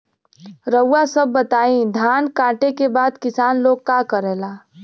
रउआ सभ बताई धान कांटेके बाद किसान लोग का करेला?